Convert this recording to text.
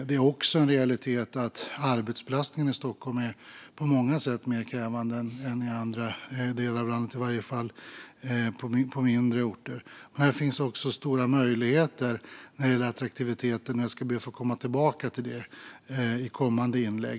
Det är också en realitet att arbetsbelastningen i Stockholm på många sätt är mer krävande än i andra delar av landet, i varje fall på mindre orter. Men här finns även stora möjligheter när det gäller attraktiviteten. Jag ska be att få komma tillbaka till det i kommande inlägg.